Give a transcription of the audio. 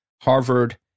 Harvard